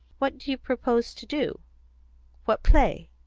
what do you propose to do what play?